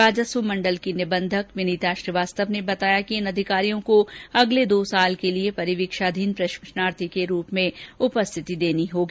राजस्व मंडल की निबंधक विनीता श्रीवास्तव ने बताया कि इन अधिकारियों को अगले दो साल के लिए परिवीक्षाधीन प्रशिक्षणार्थी के रूप में उपस्थिति देनी होगी